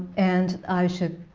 and i should